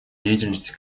деятельности